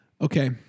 Okay